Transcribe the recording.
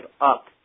up